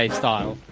style